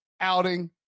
outing